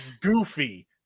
goofy